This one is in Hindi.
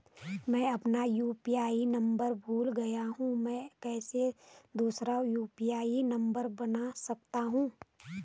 मैं अपना यु.पी.आई नम्बर भूल गया हूँ मैं कैसे दूसरा यु.पी.आई नम्बर बना सकता हूँ?